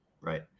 Right